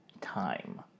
time